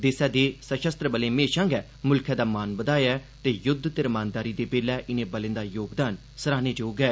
देसै दे सशस्त्र बलें म्हेशां गै मुल्खे दा मान बधाया ऐ ते युद्ध ते रमानदारी दे बेल्लै इनें बलें दा योगदान सराह्नेजोग ऐ